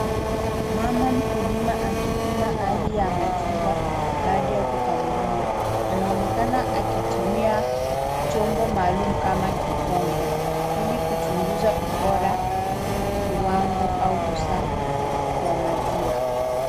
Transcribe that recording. Mama mkulima akipima hali ya maziwa baada ya kukamuliwa. Anaonekana akitumia chombo maalum kama kikombe ili kuchunguza ubora, kiwango au usafi wa maziwa.